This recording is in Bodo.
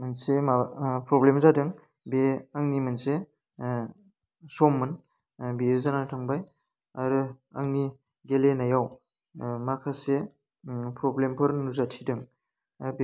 मोनसे माबा प्रब्लेम जादों बे आंनि मोनसे सममोन बियो जाना थांबाय आरो आंनि गेलेनायाव माखासे प्रब्लेमफोर नुजाथिदों बेफोरो